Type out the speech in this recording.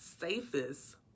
safest